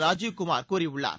ராஜீவ்குமார் கூறியுள்ளார்